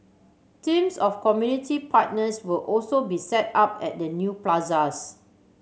teams of community partners will also be set up at the new plazas